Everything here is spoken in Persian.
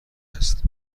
است